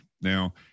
Now